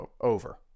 over